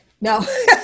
no